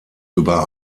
über